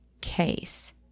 case